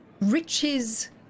riches